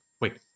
wait